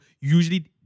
usually